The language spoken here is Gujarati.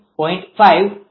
5 300 છે